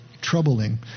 troubling